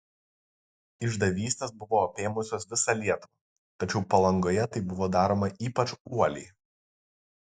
išdavystės buvo apėmusios visą lietuvą tačiau palangoje tai buvo daroma ypač uoliai